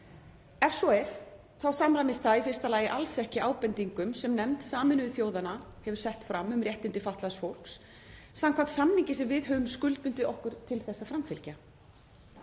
Ef svo er þá samræmist það í fyrsta lagi alls ekki ábendingum sem nefnd Sameinuðu þjóðanna hefur sett fram um réttindi fatlaðs fólks samkvæmt samningi sem við höfum skuldbundið okkur til að framfylgja.